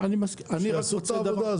שיעשו את העבודה,